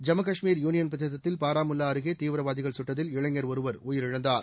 ஜம்மு காஷ்மீர் யூளியன்பிரதேசத்தில் பாரமுல்லா அருகே தீவிரவாதிகள் சுட்டதில் இளைஞர் ஒருவர் உயிரிழந்தார்